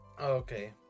Okay